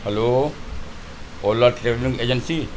hello ola travelling agency